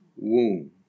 Womb